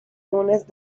lunes